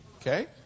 Okay